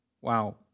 Wow